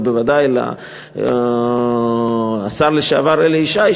ובוודאי לשר לשעבר אלי ישי,